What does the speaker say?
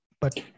but-